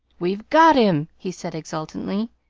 we've got him! he said exultantly.